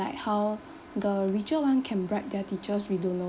how the richer one can bribe their teachers we don't know